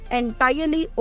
entirely